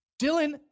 Dylan